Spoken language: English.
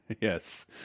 yes